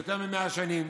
יותר מ-100 שנים.